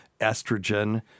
estrogen